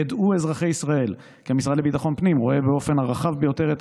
ידעו אזרחי ישראל כי המשרד לביטחון הפנים רואה באופן הרחב ביותר את